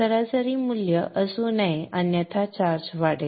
सरासरी मूल्य असू नये अन्यथा चार्ज वाढेल